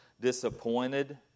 disappointed